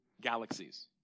galaxies